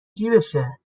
جیبشه